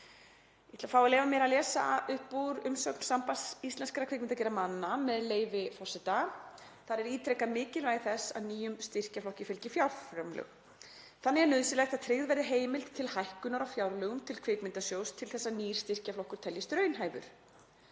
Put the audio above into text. Ég ætla að lesa upp úr umsögn Sambands íslenskra kvikmyndagerðarmanna, með leyfi forseta, en þar er ítrekað mikilvægi þess að nýjum styrkjaflokki fylgi fjárframlög. „Þannig er nauðsynlegt að tryggð verði heimild til hækkunar á fjárlögum til Kvikmyndasjóðs til þess að nýr styrkjaflokkur teljist raunhæfur.